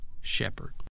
shepherd